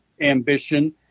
ambition